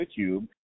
YouTube